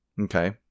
Okay